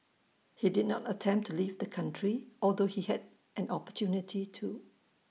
he did not attempt to leave the country although he had an opportunity to